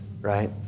right